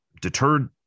deterred